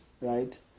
right